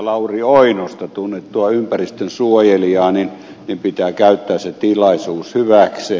lauri oinosta tunnettua ympäristönsuojelijaa pitää käyttää se tilaisuus hyväkseen